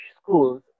schools